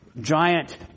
giant